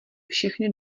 všechny